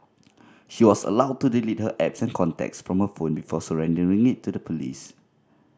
she was allowed to delete her apps and contacts from her phone before surrendering it to the police